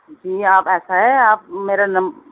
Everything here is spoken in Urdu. نہیں اب ایسا ہے آپ میرا نم